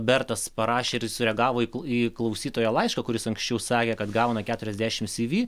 bertas parašė ir sureagavo į klausytojo laišką kuris anksčiau sakė kad gauna keturiasdešimt cv